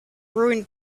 ruined